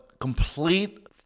complete